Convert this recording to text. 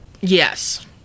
yes